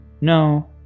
No